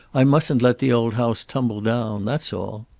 i mustn't let the old house tumble down that's all.